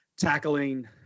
Tackling